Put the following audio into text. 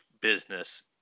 business